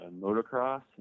motocross